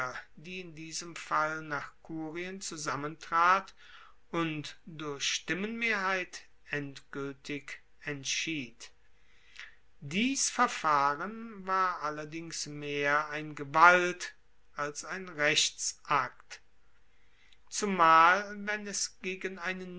die in diesem fall nach kurien zusammentrat und durch stimmenmehrheit endgueltig entschied dies verfahren war allerdings mehr ein gewalt als ein rechtsakt zumal wenn es gegen einen